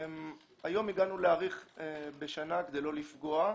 היום הגענו להאריך בשנה כדי לא לפגוע.